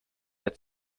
der